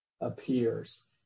appears